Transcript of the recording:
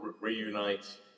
reunite